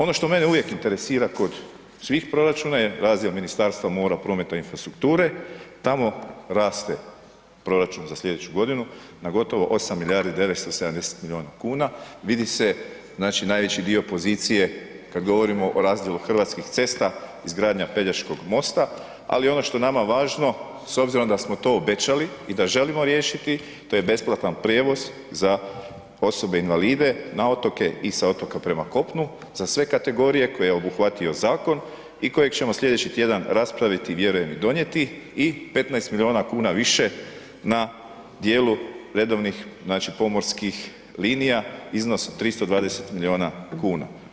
Ono što mene uvijek interesira kod svih proračuna je razdjel Ministarstva mora, prometa i infrastrukture tamo raste proračun za slijedeću godinu na gotovo 8 milijardi 970 miliona kuna, vidi se znači najveći dio pozicije kad govorimo o razdjelu Hrvatskih cesta izgradnja Pelješkog mosta, ali ono što je nama važno s obzirom da smo to obećali i da želimo riješiti to je besplatan prijevoz za osobe invalide na otoke i sa otoka prema kopnu za sve kategorije koje je obuhvatio zakon i kojeg ćemo slijedeći tjedan raspraviti, vjerujem i donijeti i 15 miliona kuna više na dijelu redovnih znači pomorskih linija, iznos od 320 miliona kuna.